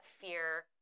fear